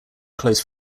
close